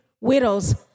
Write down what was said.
widows